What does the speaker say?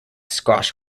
squash